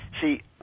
See